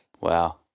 Wow